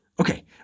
okay